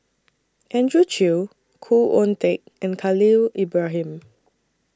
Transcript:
Andrew Chew Khoo Oon Teik and Khalil Ibrahim